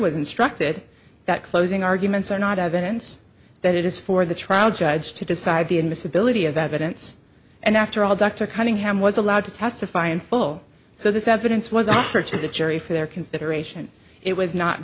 was instructed that closing arguments are not evidence that it is for the trial judge to decide the in this ability of evidence and after all dr cunningham was allowed to testify in full so this evidence was a search of the jury for their consideration it was not